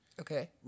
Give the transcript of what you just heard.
Okay